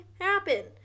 happen